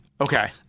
Okay